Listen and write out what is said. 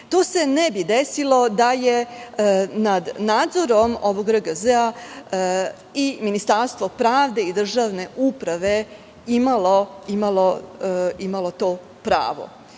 To se ne bi desilo da je nad nadzorom RGZ i Ministarstvo pravde i državne uprave imalo to pravo.